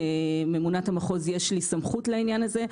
כממונת המחוז יש לי סמכות לעניין הזה.